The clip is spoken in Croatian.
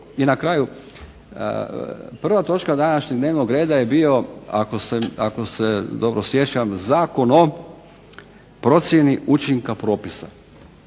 I na kraju. Prva točka današnjeg dnevnog reda je bio ako se dobro sjećam Zakon o procjeni učinka propisa,